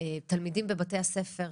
תלמידים בבתי הספר,